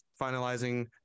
finalizing